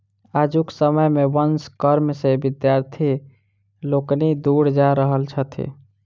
आजुक समय मे वंश कर्म सॅ विद्यार्थी लोकनि दूर जा रहल छथि